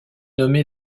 nommé